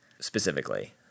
specifically